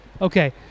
Okay